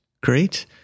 Great